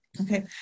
Okay